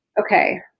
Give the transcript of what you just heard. okay